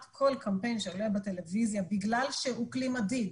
כל קמפיין שעולה בטלוויזיה בגלל שהוא כלי מדיד,